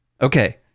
okay